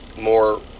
more